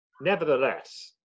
nevertheless